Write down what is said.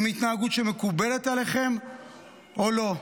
אם היא התנהגות שמקובלת עליכם או לא.